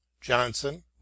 johnson